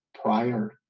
prior